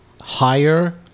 higher